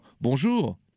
Bonjour